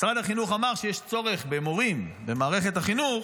משרד החינוך אמר שיש צורך במורים במערכת החינוך,